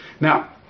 Now